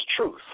truth